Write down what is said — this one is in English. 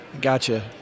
Gotcha